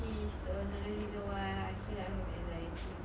she's another reason why I feel like I have anxiety